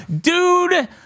dude